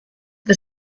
the